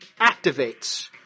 activates